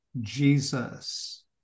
Jesus